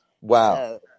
Wow